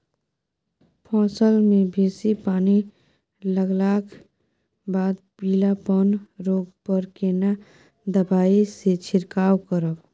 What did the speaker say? फसल मे बेसी पानी लागलाक बाद पीलापन रोग पर केना दबाई से छिरकाव करब?